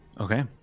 Okay